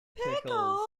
pickles